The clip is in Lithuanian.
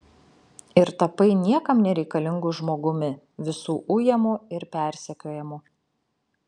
ir tapai niekam nereikalingu žmogumi visų ujamu ir persekiojamu